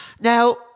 Now